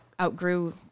outgrew